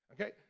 Okay